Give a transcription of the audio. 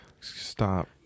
stop